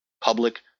public